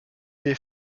des